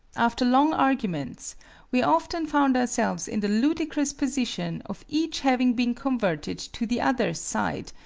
after long arguments we often found ourselves in the ludicrous position of each having been converted to the other's side,